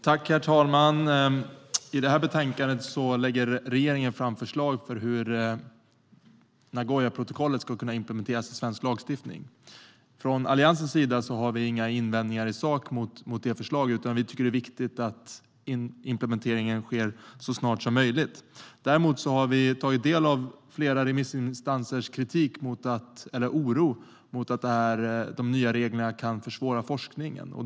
Herr talman! I det här betänkandet behandlas regeringens förslag om hur Nagoyaprotokollet ska kunna implementeras i svensk lagstiftning. Från Alliansens sida har vi inga invändningar i sak mot förslaget. Vi tycker att det är viktigt att implementeringen sker så snart som möjligt. Däremot har vi tagit del av flera remissinstansers oro över att de nya reglerna kan försvåra för forskningen.